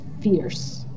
fierce